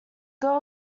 goal